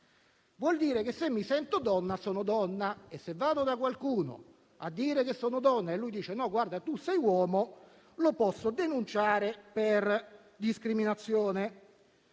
Vuol dire che se mi sento donna, sono donna e se vado da qualcuno a dire che sono donna e lui insiste che sono uomo lo posso denunciare per discriminazione.